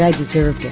like dessert,